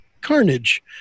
carnage